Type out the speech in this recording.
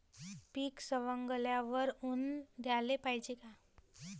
पीक सवंगल्यावर ऊन द्याले पायजे का?